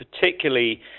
particularly